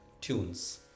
tunes